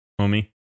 homie